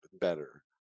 better